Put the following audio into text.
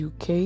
UK